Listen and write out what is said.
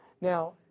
now